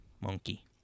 monkey